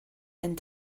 and